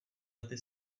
lety